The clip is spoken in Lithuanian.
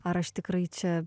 ar aš tikrai čia